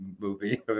movie